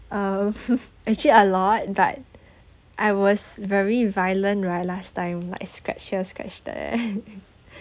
um actually a lot but I was very violent right last time like scratch here scratch there